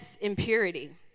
impurity